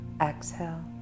exhale